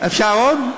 אפשר עוד?